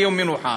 כיום מנוחה.